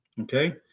okay